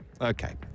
Okay